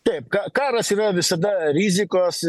taip ka karas yra visada rizikos